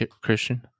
Christian